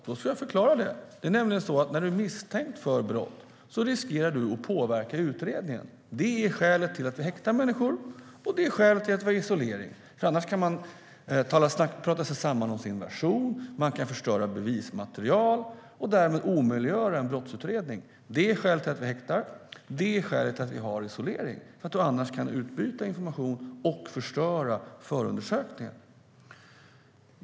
Det ska jag förklara. När du är misstänkt för brott riskerar du att påverka utredningen. Det är skälet till att vi häktar människor, och det är skälet till att vi har isolering. Annars kan man prata sig samman om sin version, och man kan förstöra bevismaterial och därmed omöjliggöra en brottsutredning. Skälet till att vi häktar och till att vi har isolering är att man annars kan utbyta information och förstöra förundersökningen.